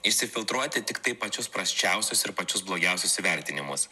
išsifiltruoti tiktai pačius prasčiausius ir pačius blogiausius įvertinimus